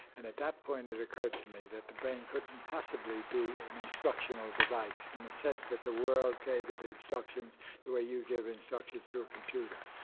and at that point it occurred to me that the brain couldn't possibly be an instructional device in a sense that the world gave it instructions the way you give instructions to a computer.